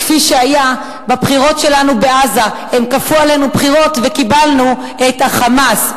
כפי שהיה בבחירות שלנו בעזה: הם כפו עלינו בחירות וקיבלנו את ה"חמאס",